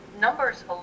Numbers